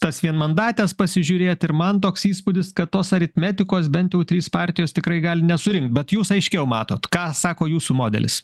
tas vienmandates pasižiūrėt ir man toks įspūdis kad tos aritmetikos bent jau trys partijos tikrai gali nesurinkt bet jūs aiškiau matot ką sako jūsų modelis